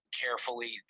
carefully